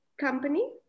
company